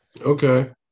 Okay